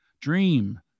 Dream